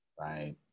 right